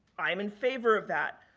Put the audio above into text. i'm in favor of that.